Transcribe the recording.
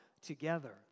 together